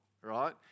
right